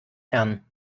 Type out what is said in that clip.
herrn